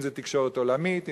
אם תקשורת עולמית,